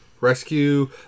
rescue